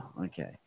Okay